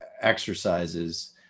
exercises